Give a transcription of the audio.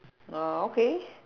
uh okay